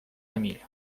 emil